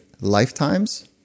lifetimes